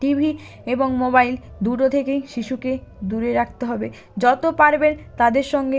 TV এবং mobile দুটো থেকেই শিশুকে দূরে রাখতে হবে যতো পারবেন তাদের সঙ্গে